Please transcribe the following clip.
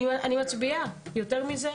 אני מצביעה, יותר מזה?